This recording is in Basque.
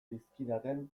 zizkidaten